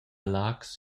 laax